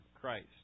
Christ